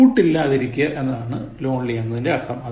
കൂട്ടില്ലാതിരിക്കുക എന്നതാണ് Lonely എന്നതിന്റെ അർഥം